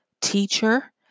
teacher